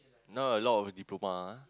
now a lot of diploma ah